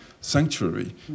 sanctuary